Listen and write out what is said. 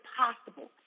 possible